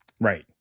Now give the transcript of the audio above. right